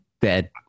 dead